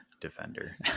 Defender